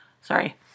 Sorry